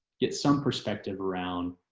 get some perspective around